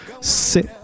C'est